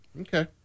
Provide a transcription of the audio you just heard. Okay